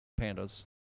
pandas